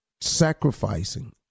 sacrificing